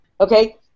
okay